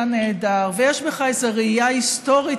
נהדר ויש בך איזה ראייה היסטורית,